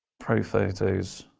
pro photos,